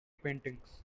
paintings